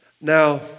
Now